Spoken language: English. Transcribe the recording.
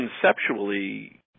conceptually